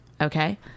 Okay